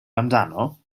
amdano